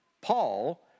Paul